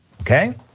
okay